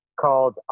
called